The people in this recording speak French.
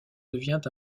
devient